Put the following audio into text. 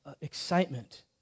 excitement